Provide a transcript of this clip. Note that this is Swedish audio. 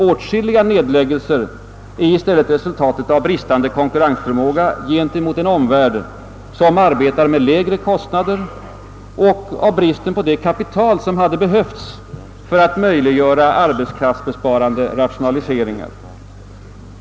Åtskilliga nedläggelser är i stället resultat av bristande konkurrensförmåga gentemot en omvärld, som arbetar med lägre kostnader, och av bristen på det kapital som hade behövts för att möjliggöra arbetskraftsbesparande rationaliseringar.